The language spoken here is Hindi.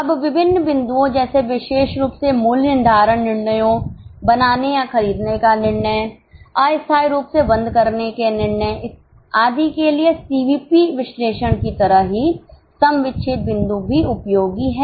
अब विभिन्न बिंदुओं जैसे विशेष रूप से मूल्य निर्धारण निर्णयों बनाने या खरीदने का निर्णय अस्थायीरूप से बंद करने के निर्णय आदि के लिए सीवीपी विश्लेषण की तरह ही सम विच्छेद बिंदु भी उपयोगी है